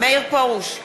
מאיר פרוש,